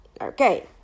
Okay